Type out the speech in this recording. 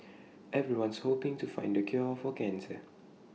everyone's hoping to find the cure for cancer